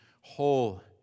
whole